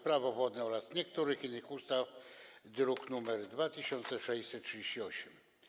Prawo wodne oraz niektórych innych ustaw, druk nr 2638.